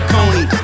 Coney